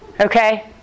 Okay